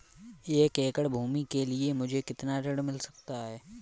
एक एकड़ भूमि के लिए मुझे कितना ऋण मिल सकता है?